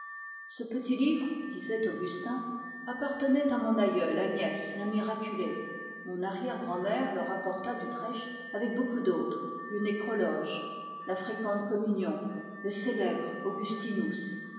ce petit livre dit augustin appartenait à mon aïeule agnès la miraculée mon arrière grand mère le rapporta d'utrecht avec beaucoup d'autres le nécrologe la fréquente communion